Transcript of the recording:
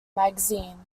magazine